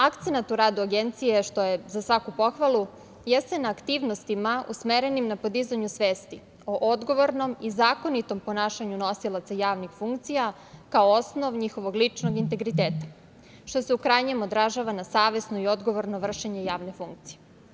Akcenat u radu Agencije, što je za svaku pohvalu, jeste na aktivnostima usmerenim na podizanju svesti o odgovornom i zakonitom ponašanju nosilaca javnih funkcija, kao osnov njihovog ličnog integriteta, što se u krajnjem odražava na savesno i odgovorno vršenje javne funkcije.